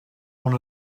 one